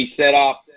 setup